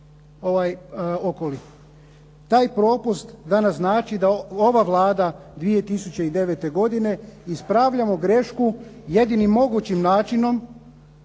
Taj propust danas znači da ova Vlada 2009. godine ispravljamo grešku jedinim mogućim načinom